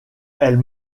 elle